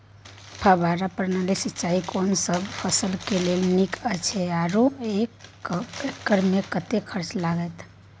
फब्बारा प्रणाली सिंचाई कोनसब फसल के लेल नीक अछि आरो एक एकर मे कतेक खर्च लागत?